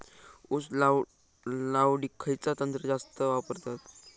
ऊस लावडीक खयचा यंत्र जास्त वापरतत?